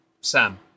Sam